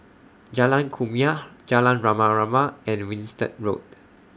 Jalan Kumia Jalan Rama Rama and Winstedt Road